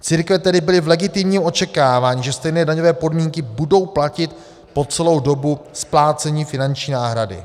Církve tedy byly v legitimním očekávání, že stejné daňové podmínky budou platit po celou dobu splácení finanční náhrady.